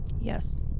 Yes